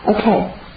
Okay